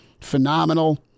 phenomenal